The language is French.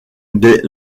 des